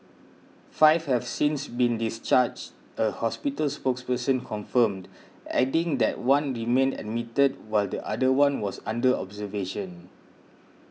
five have since been discharged a hospital spokesperson confirmed adding that one remained admitted while the other one was under observation